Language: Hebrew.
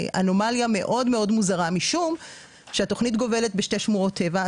אנומליה מאוד מוזרה משום שהתוכנית גובלת בשתי שמורות טבע,